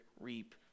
reap